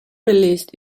released